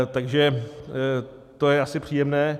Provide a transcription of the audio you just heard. Takže to je asi příjemné.